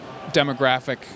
demographic